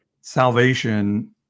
salvation